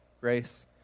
Grace